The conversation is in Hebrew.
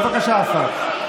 בבקשה, השר.